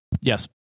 Yes